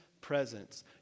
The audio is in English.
presence